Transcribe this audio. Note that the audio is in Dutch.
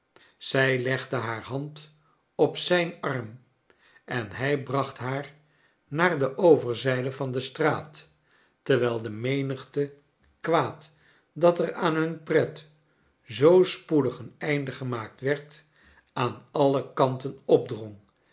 zij legde haar hand op zijn arm en hij bracht haar naar de overzijde van de straat terwijl de menigte kwaad dat er aan hun pret zoo spoedig een einde gemaakt werd aan alle kanten